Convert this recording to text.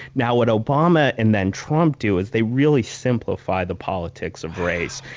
now what obama and then trump do is they really simplify the politics of race,